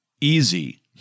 easy